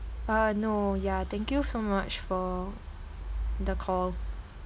uh no ya thank you so much for the call